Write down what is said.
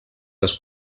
las